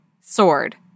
sword